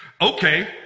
okay